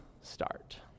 start